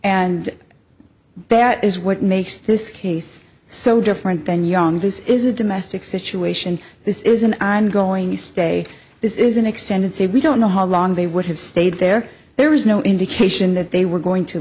and the bat is what makes this case so different than young this is a domestic situation this is an ongoing stay this is an extended stay we don't know how long they would have stayed there there was no indication that they were going to